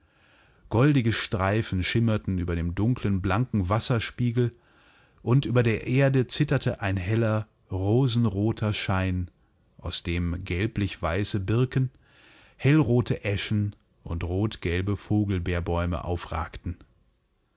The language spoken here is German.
goldige streifen schimmerten über dem dunklen blanken wasserspiegel und über der erde zitterte ein heller rosenroter schein aus dem gelblichweiße birken hellrote eschen und rotgelbevogelbeerbäumeaufragten